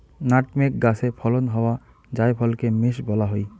nutmeg গাছে ফলন হওয়া জায়ফলকে মেস বলা হই